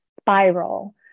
spiral